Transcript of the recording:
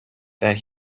that